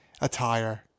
attire